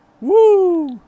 Woo